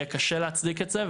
יהיה קשה להצדיק את זה.